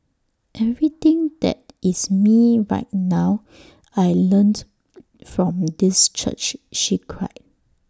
everything that is me right now I learnt from this church she cried